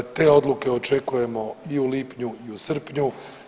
Te odluke očekujemo i u lipnju i u srpnju.